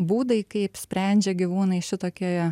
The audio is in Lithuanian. būdai kaip sprendžia gyvūnai šitokioje